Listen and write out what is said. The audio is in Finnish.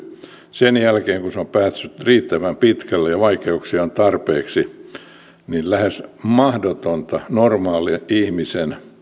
sen jälkeen kun se on päässyt riittävän pitkälle ja vaikeuksia on tarpeeksi on lähes mahdotonta normaalin ihmisen